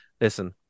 Listen